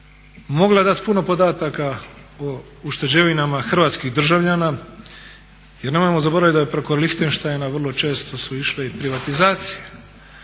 mogla dat puno podataka o ušteđevinama hrvatskih državljana, jer nemojmo zaboravit da preko Lihtenštajna vrlo često su išle i privatizacije.